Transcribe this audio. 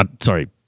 Sorry